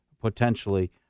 potentially